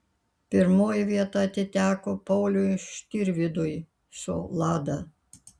pirmoji vieta atiteko pauliui štirvydui su lada